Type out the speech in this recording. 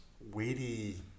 weighty